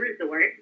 resort